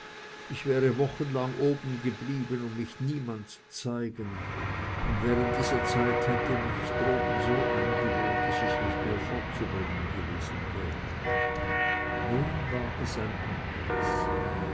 ich wäre wochenlang oben geblieben um mich niemand zu zeigen und während dieser zeit hätte ich mich droben so eingewöhnt daß ich nicht mehr fortzubringen gewesen wäre nun war es ein anderes